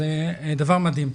שזה דבר מדהים.